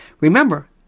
Remember